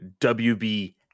WB